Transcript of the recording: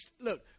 look